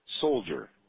soldier